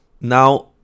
Now